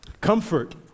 Comfort